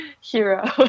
hero